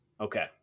Okay